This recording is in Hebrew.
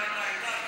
כן.